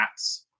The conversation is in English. apps